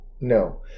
No